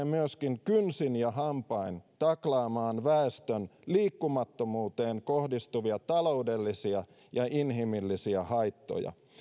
myöskin kynsin ja hampain taklaamaan väestön liikkumattomuuteen kohdistuvia taloudellisia ja inhimillisiä haittoja